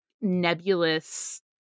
nebulous